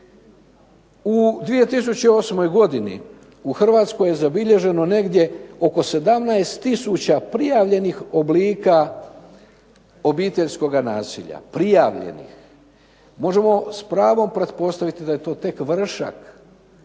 U 2008. godini u Hrvatskoj je zabilježeno negdje oko 17 tisuća prijavljenih oblika obiteljskoga nasilja. Prijavljenih. Možemo s pravom pretpostaviti da je to tek vršak